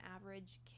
average